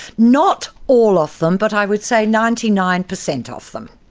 not all of them, but i would say ninety nine percent of them.